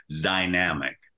dynamic